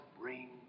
bring